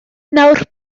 nawr